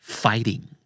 fighting